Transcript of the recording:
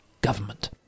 government